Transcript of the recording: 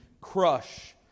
crush